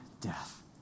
death